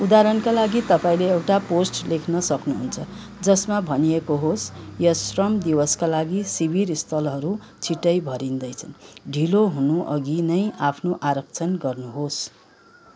उदाहरणका लागि तपाईँँले एउटा पोस्ट लेख्न सक्नुहुन्छ जसमा भनिएको होस् यस श्रम दिवसका लागि शिविरस्थलहरू छिट्टै भरिँदैछन् ढिलो हुनु अघि नै आफ्नो आरक्षण गर्नुहोस्